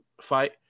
fight